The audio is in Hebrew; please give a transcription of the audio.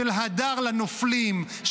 של הדר לנופלים,